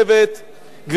גברתי היושבת-ראש,